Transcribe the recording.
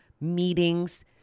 meetings